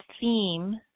theme